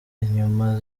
inyuma